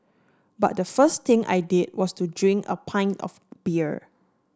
but the first thing I did was to drink a pint of beer